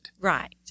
Right